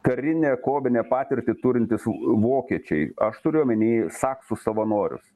karinę kovinę patirtį turintys vo vokiečiai aš turiu omeny saksų savanorius